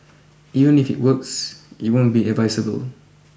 even if it works it won't be advisable